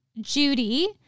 Judy